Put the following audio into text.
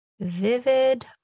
Vivid